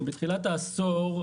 בתחילת העשור,